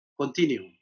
Continue